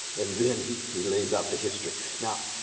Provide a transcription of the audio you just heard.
and then he he lays out the history. now,